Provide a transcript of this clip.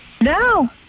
No